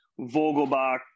Vogelbach